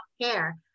care